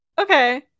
okay